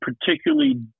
particularly